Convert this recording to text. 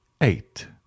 eight